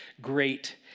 great